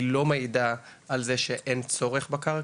היא לא מעידה על זה שאין צורך בקרקע.